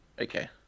Okay